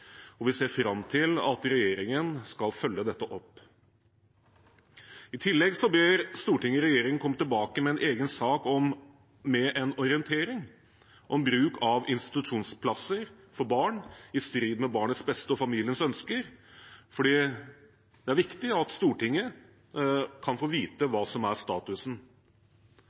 og vi ser fram til at regjeringen skal følge dette opp. I tillegg ber Stortinget regjeringen komme tilbake med en egen sak med orientering om bruk av institusjonsplasser for barn i strid med barnets beste og familiens ønsker, fordi det er viktig at Stortinget kan få vite hva som er statusen.